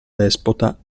despota